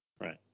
Right